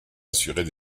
assurait